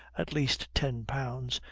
at least ten pounds,